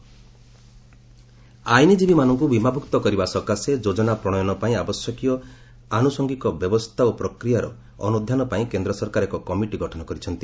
advocates committee ଆଇନଜୀବୀମାନଙ୍କୁ ବୀମାଭୁକ୍ତ କରିବା ସକାଶେ ଯୋଜନା ପ୍ରଣୟନ ପାଇଁ ଆବଶ୍ୟକ ଆନୁସଙ୍ଗିକ ବ୍ୟବସ୍ଥା ଓ ପ୍ରକ୍ରିୟାର ଅନୁଧ୍ୟାନ ପାଇଁ କେନ୍ଦ୍ର ସରକାର ଏକ କମିଟି ଗଠନ କରିଛନ୍ତି